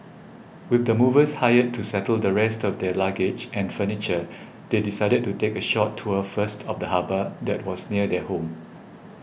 with the movers hired to settle the rest of their luggage and furniture they decided to take a short tour first of the harbour that was near their home